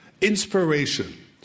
inspiration